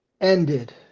ended